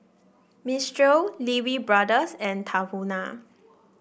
Mistral Lee Wee Brothers and Tahuna